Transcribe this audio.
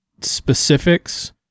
specifics